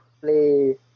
play